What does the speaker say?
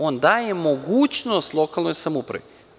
On daje mogućnost lokalnoj samoupravi.